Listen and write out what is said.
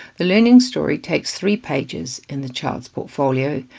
the learning story takes three pages in the child's portfolio.